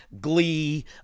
Glee